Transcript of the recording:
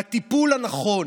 הטיפול הנכון